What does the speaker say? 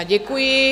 Děkuji.